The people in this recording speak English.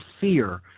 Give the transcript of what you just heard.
fear